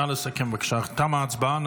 תמה ההצבעה.